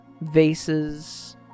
vases